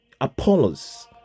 Apollos